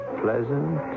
pleasant